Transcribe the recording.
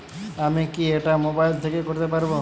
আমি কি এটা মোবাইল থেকে করতে পারবো?